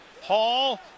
Hall